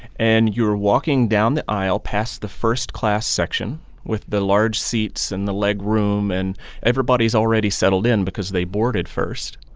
and you're walking down the aisle, past the first class section with the large seats and the leg room, and everybody's already settled in because they boarded first.